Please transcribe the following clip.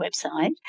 website